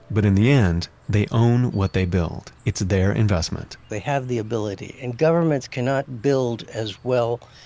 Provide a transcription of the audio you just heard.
but in the end, they own what they build. it's their investment they have the ability, and governments cannot build as well,